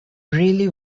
really